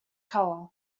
color